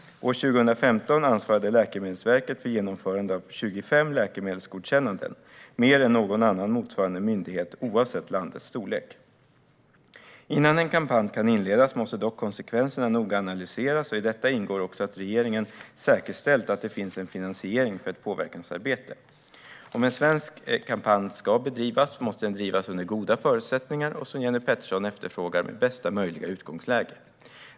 År 2015 ansvarade Läkemedelsverket för genomförande av 25 läkemedelsgodkännanden - mer än någon annan motsvarande myndighet, oavsett landets storlek. Innan en kampanj kan inledas måste dock konsekvenserna analyseras noga. I detta ingår också att regeringen har säkerställt att det finns finansiering för ett påverkansarbete. Om en svensk kampanj ska drivas måste den drivas under goda förutsättningar och, som Jenny Petersson efterfrågar, med bästa möjliga utgångsläge.